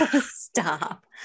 Stop